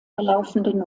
verlaufenden